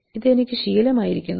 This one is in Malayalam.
ഇത് എനിക്ക് ശീലമായിരിക്കുന്നു